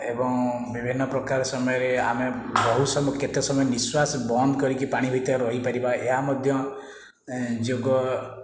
ଏବଂ ବିଭିନ୍ନ ପ୍ରକାର ସମୟରେ ଆମେ ବହୁତ ସମୟ କେତେ ସମୟ ନିଶ୍ଵାସ ବନ୍ଦ କରିକି ପାଣି ଭିତରେ ରହିପାରିବା ଏହା ମଧ୍ୟ ଯୋଗ